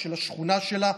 של השכונה שלה,